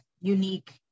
unique